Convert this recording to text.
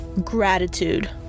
gratitude